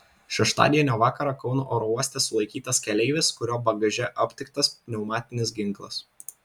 šeštadienio vakarą kauno oro uoste sulaikytas keleivis kurio bagaže aptiktas pneumatinis ginklas